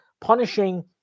punishing